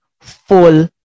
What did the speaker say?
full